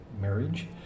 marriage